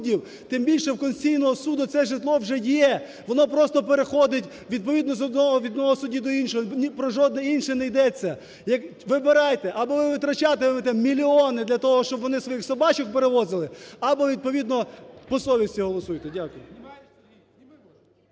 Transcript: тим більше в Конституційного Суду це житло вже є, воно просто переходить відповідно від одного судді до іншого, про жодне інше не йдеться. Вибирайте: або ви витрачатимете мільйони для того, щоб вони своїх собачок перевозили, або відповідно по совісті голосуйте. Хто